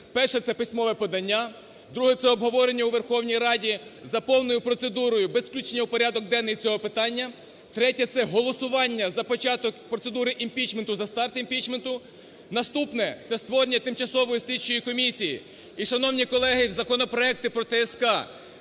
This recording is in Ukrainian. Перше – це письмове подання, друге – це обговорення у Верховній Раді за повною процедурою, без включення в порядок денний цього питання, третє – це голосування за початок процедури імпічменту, за старт імпічменту, наступне – це створення тимчасової слідчої комісії. І, шановні колеги, законопроекти про ТСК,